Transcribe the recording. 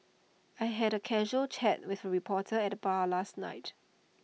I had A casual chat with reporter at the bar last night